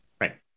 right